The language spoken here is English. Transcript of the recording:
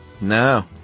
No